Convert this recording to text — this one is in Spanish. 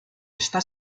está